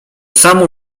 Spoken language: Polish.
samą